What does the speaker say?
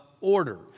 order